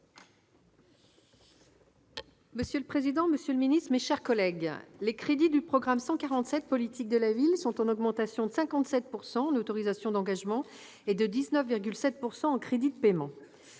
Monsieur le président, monsieur le ministre, mes chers collègues, les crédits du programme 147, « Politique de la ville », sont en augmentation de 57 % en autorisations d'engagement et de 19,7 % en crédits de paiement.